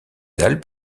alpes